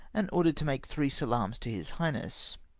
and ordered to make three salaams to his highness.